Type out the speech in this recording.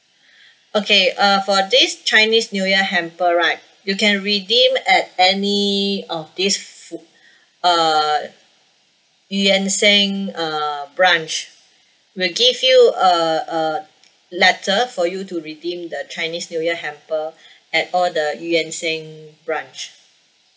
okay uh for this chinese new year hamper right you can redeem at any of this f~ uh eu yan sang uh branch we'll give you a a letter for you to redeem the chinese new year hamper at all the eu yan sang branch